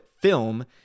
film